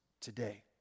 today